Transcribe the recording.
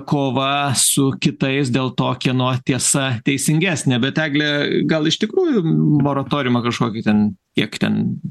kova su kitais dėl to kieno tiesa teisingesnė bet egle gal iš tikrųjų moratoriumą kažkokį ten kiek ten